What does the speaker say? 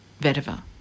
vetiver